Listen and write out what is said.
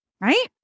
right